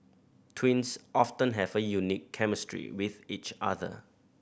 twins often have a unique chemistry with each other